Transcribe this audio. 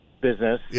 business